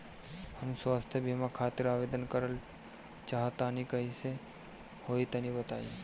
हम स्वास्थ बीमा खातिर आवेदन करल चाह तानि कइसे होई तनि बताईं?